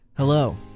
Hello